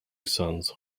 sons